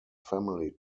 family